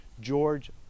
George